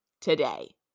today